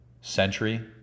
century